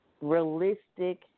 realistic